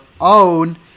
own